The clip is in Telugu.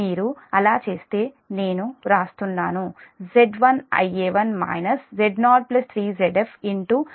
మీరు అలా చేస్తే నేను వ్రాస్తున్నాను Z1 Ia1 Z03Zf Ia0 Ea 0